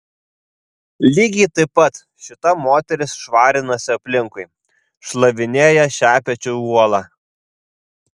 lygiai taip pat šita moteris švarinasi aplinkui šlavinėja šepečiu uolą